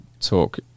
talk